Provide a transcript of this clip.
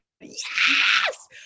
yes